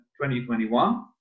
2021